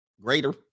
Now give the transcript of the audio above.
greater